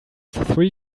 three